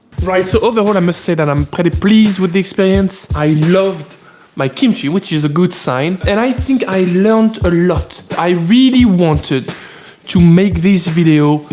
right. so overall i must say that i'm pretty pleased with the experience. i loved my kimchi, which is a good sign. and i think i learned a lot. i really wanted to make this video.